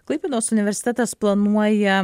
klaipėdos universitetas planuoja